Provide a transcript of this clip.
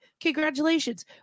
Congratulations